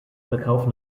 verkauf